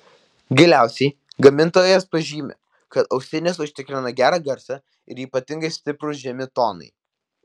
galiausiai gamintojas pažymi kad ausinės užtikrina gerą garsą ir ypatingai stiprūs žemi tonai